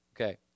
Okay